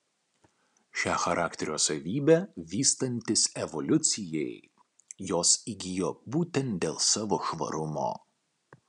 šią charakterio savybę vystantis evoliucijai jos įgijo būtent dėl savo švarumo